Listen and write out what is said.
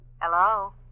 Hello